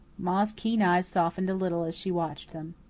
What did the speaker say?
ma's keen eyes softened a little as she watched them.